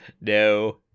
No